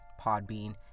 Podbean